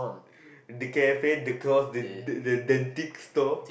the cafe they call the the the dick store